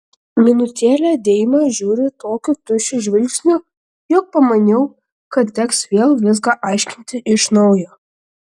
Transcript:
minutėlę deima žiūri tokiu tuščiu žvilgsniu jog pamanau kad teks vėl viską aiškinti iš naujo